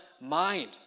mind